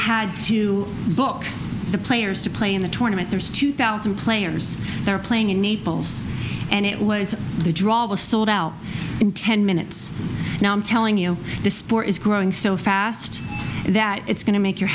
had to book the players to play in the tournament there's two thousand players there playing in naples and it was the draw was sold out in ten minutes now i'm telling you the sport is growing so fast that it's going to make your